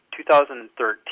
2013